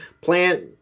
plant